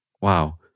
Wow